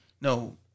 No